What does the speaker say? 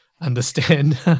understand